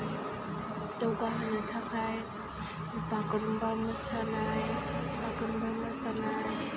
जौगा होनो थाखाय बागुरुमबा मोसानाय बागुरुमबा मोसानाय